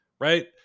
right